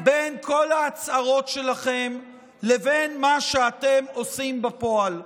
בין כל ההצהרות שלכם לבין מה שאתם עושים בפועל.